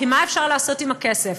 כי מה אפשר לעשות עם הכסף?